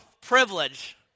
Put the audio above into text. privilege